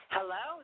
Hello